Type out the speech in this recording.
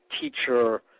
teacher